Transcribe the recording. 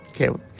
Okay